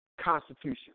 Constitution